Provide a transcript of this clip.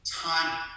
time